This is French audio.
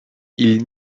ils